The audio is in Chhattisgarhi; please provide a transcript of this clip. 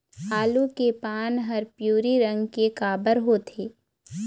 आलू के पान हर पिवरी रंग के काबर होथे?